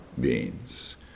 beings